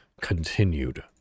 continued